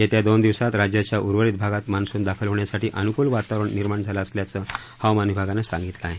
येत्या दोन दिवसात राज्याच्या उर्वरित भागात मान्सुन दाखल होण्यासाठी अनुकुल वातावरण निर्माण झालं असल्याचं हवामान विभागानं सांगितलं आहे